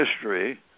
history